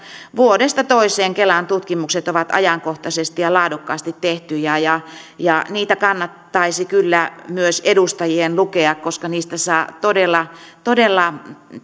vuodesta toiseen kelan tutkimukset ovat ajankohtaisesti ja laadukkaasti tehtyjä ja ja niitä kannattaisi kyllä myös edustajien lukea koska niistä saa todella todella